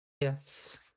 Yes